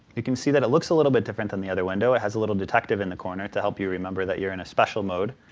can see that it looks a little bit different than the other window, it has a little detective in the corner to help you remember that you're in a special mode.